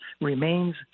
remains